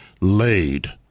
laid